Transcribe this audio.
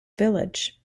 village